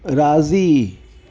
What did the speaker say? राज़ी